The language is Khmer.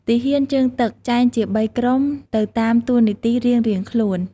ទាហានជើងទឹក ចែកជា៣ក្រុមទៅតាមតូនាទីរៀងៗខ្លួន។